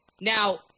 Now